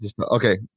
Okay